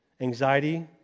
anxiety